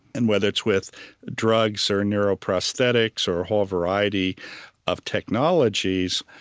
and whether it's with drugs, or neuro-prosthetics, or a whole variety of technologies,